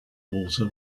water